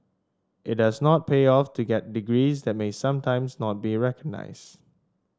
it does not pay off to get degrees that may sometimes not be recognised